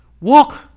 Walk